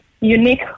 unique